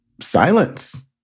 silence